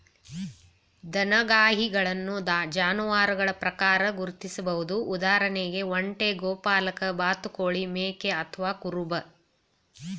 ದನಗಾಹಿಗಳನ್ನು ಜಾನುವಾರುಗಳ ಪ್ರಕಾರ ಗುರ್ತಿಸ್ಬೋದು ಉದಾಹರಣೆಗೆ ಒಂಟೆ ಗೋಪಾಲಕ ಬಾತುಕೋಳಿ ಮೇಕೆ ಅಥವಾ ಕುರುಬ